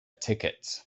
tickets